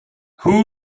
who